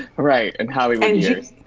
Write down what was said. right, in hollywood years.